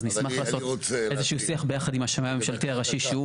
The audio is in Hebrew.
אז נשמח לעשות איזה שהוא שיח ביחד עם השמאי הממשלתי הראשי.